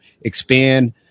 expand